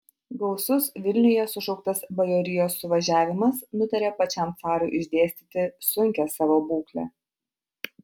gausus vilniuje sušauktas bajorijos suvažiavimas nutarė pačiam carui išdėstyti sunkią savo būklę